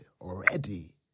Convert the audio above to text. already